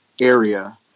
area